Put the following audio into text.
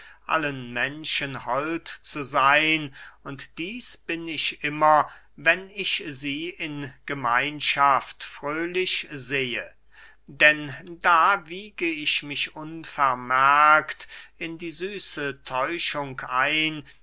allen menschen hold zu seyn und dieß bin ich immer wenn ich sie in gemeinschaft fröhlich sehe denn da wiege ich mich unvermerkt in die süße täuschung ein